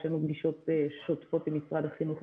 יש לנו פגישות שוטפות עם משרד החינוך.